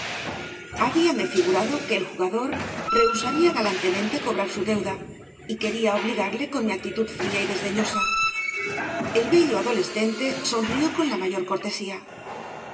señora habíame figurado que el jugador rehusaría galantemente cobrar su deuda y quería obligarle con mi actitud fría y desdeñosa el bello adolescente sonrió con la mayor cortesía